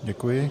Děkuji.